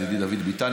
ידידי דוד ביטן.